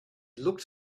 looked